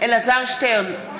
אלעזר שטרן,